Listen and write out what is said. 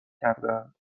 کردهاند